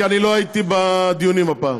כי אני לא הייתי בדיונים הפעם.